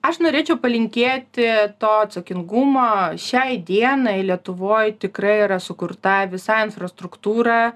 aš norėčiau palinkėti to atsakingumo šiai dienai lietuvoj tikrai yra sukurta visa infrastruktūra